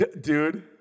Dude